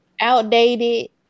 Outdated